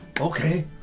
Okay